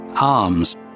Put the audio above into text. Arms